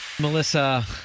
Melissa